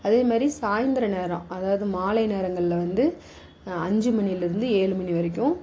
அதே மாரி சாய்ந்திர நேரம் அதாவது மாலை நேரங்களில் வந்து அஞ்சு மணிலேருந்து ஏழு மணி வரைக்கும்